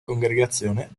congregazione